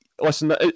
listen